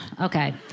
Okay